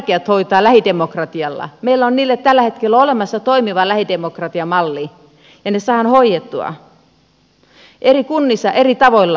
meillä on niille tällä hetkellä olemassa toimiva lähidemokratiamalli ja ne saadaan hoidettua eri kunnissa eri tavoilla